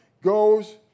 goes